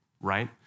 right